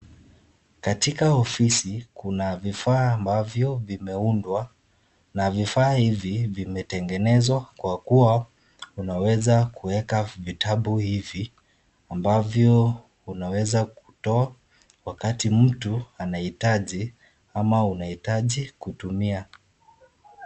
Katika ofisi kuna vifaa ambavyo vimeundwa na vifaa hivi vimetengenezwa kwa kua unaweza kuweka vitabu hivi ambavyo unaweza kutoa wakati mtu anahitaji ama unahitaji kutumia.